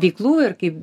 veiklų ir kaip